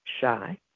shy